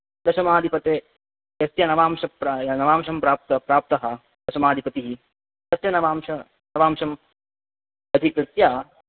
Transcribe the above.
दशमाधिपते यस्य नवमांशप्राय नवांशं प्राप्त प्राप्तः दशमाधिपतिः तस्य नवांशः नवांशम् अधिकृत्य